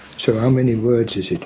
so how many words is it?